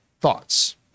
thoughts